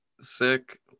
sick